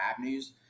avenues